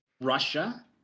Russia